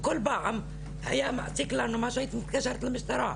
כל פעם הייתי מתקשרת למשטרה.